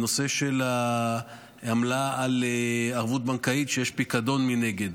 הנושא של העמלה על ערבות בנקאית כשיש פיקדון מנגד.